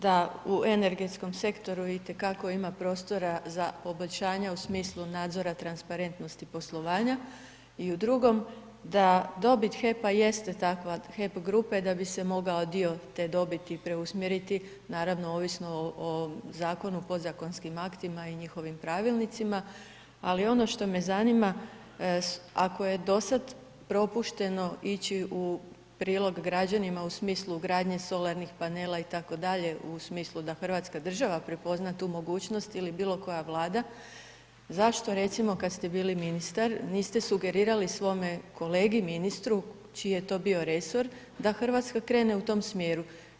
Da u energetskom sektoru i te kako ima prostora za poboljšanja u smislu nadzora i transparentnosti poslovanja i u drugom, da dobit HEP-a jeste takva, HEP grupe, da bi se mogao dio te dobiti preusmjeriti, naravno ovisno o zakonu, podzakonskim aktima i njihovim pravilnicima, ali ono što me zanima, ako je dosad propušteno ići u prilog građanima, u smislu gradnje solarnih panela, itd. u smislu da hrvatska država prepozna tu mogućnost ili bilo koja Vlada, zašto, recimo, kad ste bili ministar, niste sugerirali svome kolegi ministru, čiji je to bio resor, da Hrvatska krene u tom smjeru.